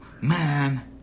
Man